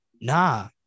Nah